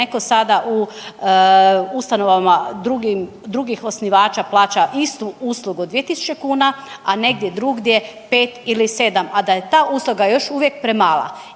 netko sada u ustanovama drugih osnivača plaća istu uslugu 2000 kuna, a negdje drugdje 5 ili 7, a da je ta usluga još uvijek premala?